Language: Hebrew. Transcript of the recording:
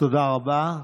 תודה רבה.